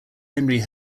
henry